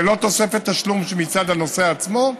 ללא תוספת תשלום מצד הנוסע עצמו,